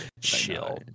chill